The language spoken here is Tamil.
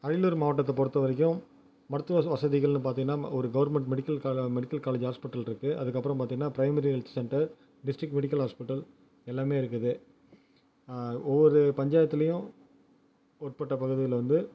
அரியலூர் மாவட்டத்தை பொறுத்த வரைக்கும் மருத்துவ வசதிகள்னு பார்த்திங்கன்னா ஒரு கவர்மெண்ட் மெடிக்கல் கால மெடிக்கல் காலேஜ் ஹாஸ்பிட்டல் இருக்குது அதுக்கு அப்புறம் பார்த்திங்கன்னா primary health centre district medical hospital எல்லாமே இருக்குது ஒவ்வொரு பஞ்சாயத்துலியும் உட்பட்ட பகுதிகளில் வந்து